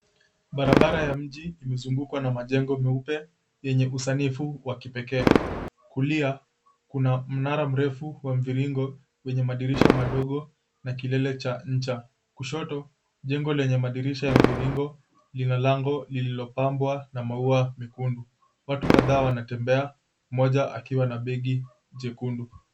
Barabara ya mji imezungukwa na majengo meupe yenye usanifu wa kipekee. Kulia kuna mnara mrefu wa mviringo, wenye madirisha madogo na kilele cha ncha. Kushoto jengo lenye madirisha ya mviringo lina lango lililopambwa na maua mekundu. Watu kadhaa wanatembea, mmoja akiwa na begi jekundu.